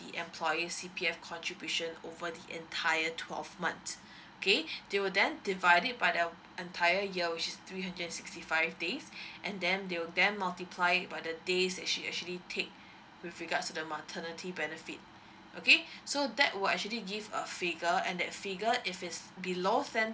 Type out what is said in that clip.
the employee C_P_F contribution over the entire twelve months okay they will then divide it by the entire year which is three hundred and sixty five days and then they will then multiply it by the days that she will actually take with regards to the maternity benefits okay so that will actually give a figure and that figure if it's below ten